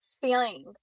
feeling